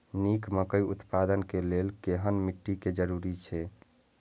निक मकई उत्पादन के लेल केहेन मिट्टी के जरूरी छे?